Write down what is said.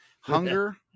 Hunger